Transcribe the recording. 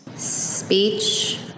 Speech